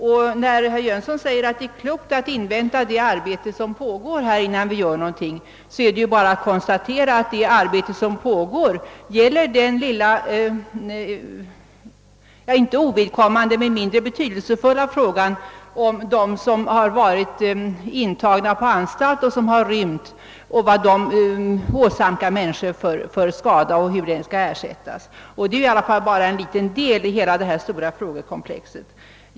När herr Jönsson i Malmö säger att det är klokt att invänta resultatet av det arbete som pågår innan vi tar ytterligare initiativ är det bara att konstatera, att det arbete som pågår gäller den mindre betydelsefulla frågan hur den skada som vållats av personer som varit intagna på anstalter och rymt skall ersättas. Detta är dock bara en liten del av hela det stora frågekomplexet.